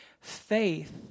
faith